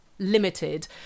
limited